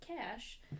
cash